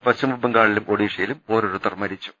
പശ്ചിമബംഗാളിലും ഒഡിഷയിലും ഓരോരുത്തർ മരിച്ചു